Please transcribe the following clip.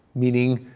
meaning,